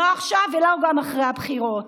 לא עכשיו וגם לא אחרי הבחירות.